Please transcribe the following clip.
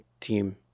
team